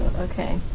okay